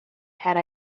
had